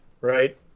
right